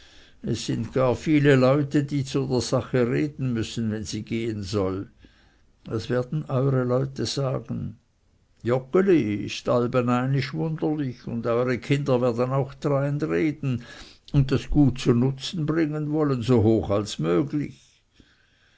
es sind gar viele leute die zu der sache reden müssen wenn sie gehen soll was werden eure leute sagen joggeli ist allbeneinisch wunderlich und eure kinder werden auch dareinreden und das gut zu nutzen bringen wollen so hoch als möglich